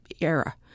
era